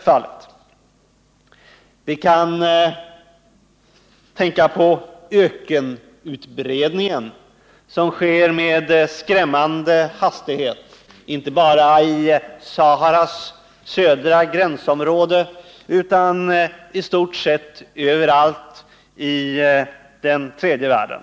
Vi kan också tänka på ökenutbredningen, som sker med skrämmande hastighet, inte bara i Saharas södra gränsområde utan i stort sett överallt i den tredje världen.